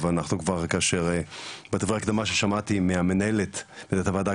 בדברי ההקדמה ששמעתי ממנהלת הוועדה,